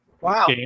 Wow